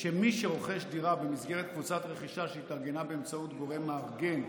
שמי שרוכש דירה במסגרת קבוצת רכישה שהתארגנה באמצעות גורם מארגן,